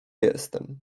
jestem